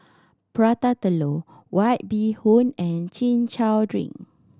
Prata Telur White Bee Hoon and Chin Chow drink